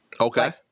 Okay